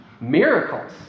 Miracles